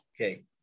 Okay